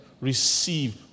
receive